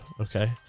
okay